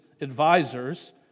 advisors